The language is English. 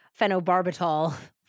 phenobarbital